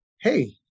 hey